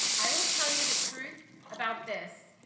i will tell you the truth about this,